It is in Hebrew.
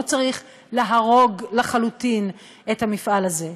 לא צריך להרוג לחלוטין את המפעל הזה.